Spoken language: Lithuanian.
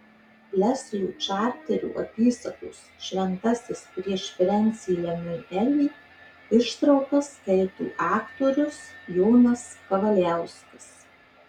leslio čarterio apysakos šventasis prieš frensį lemiuelį ištraukas skaito aktorius jonas kavaliauskas